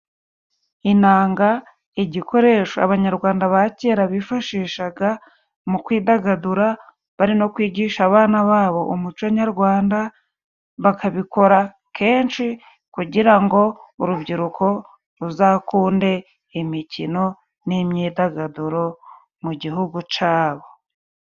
Inanga igikoresho abanyarwanda ba kera bifashishaga, mu kwidagadura bari no kwigisha abana babo umuco nyarwanda, bakabikora kenshi kugira ngo urubyiruko ruzakunde imikino n'imyidagaduro mu gihugu cabo.